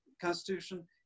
Constitution